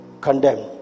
Condemned